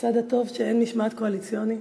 הצד הטוב, שאין משמעת קואליציונית.